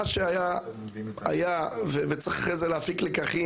מה שהיה היה ואחרי זה צריך להפיק לקחים,